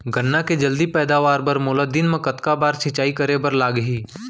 गन्ना के जलदी पैदावार बर, मोला दिन मा कतका बार सिंचाई करे बर लागही?